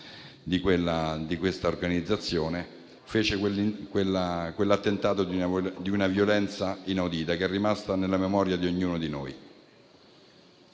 di quella organizzazione, con un attentato di una violenza inaudita che è rimasta nella memoria di ognuno di noi.